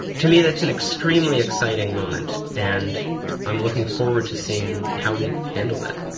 to me that's an extremely exciting moment, and i'm looking forward to seeing how we handle that.